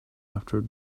after